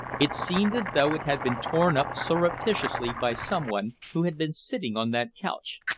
it seemed as though it had been torn up surreptitiously by someone who had been sitting on that couch,